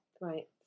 Right